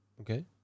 okay